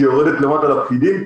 שיורדת למטה לפקידים,